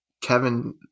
Kevin